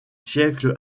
siècle